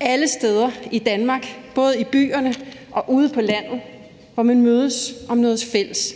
alle steder i Danmark, både i byerne og ude på landet, hvor man mødes om noget fælles,